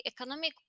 economic